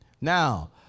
Now